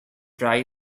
dry